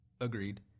Agreed